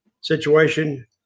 situation